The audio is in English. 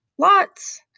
Lots